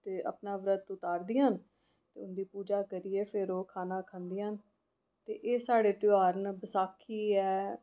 ते अपना व्रत उतार दियां न ते हुंदी पूजा करियै फिर ओह् खाना खंदियां न ते एह् साढ़े त्यौहार न बसाखी ऐ